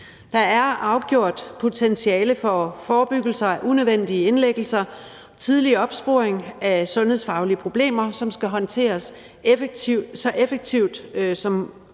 Der er afgjort potentiale for forebyggelse af unødvendige indlæggelser og for tidlig opsporing af sundhedsfaglige problemer, som skal håndteres så effektivt og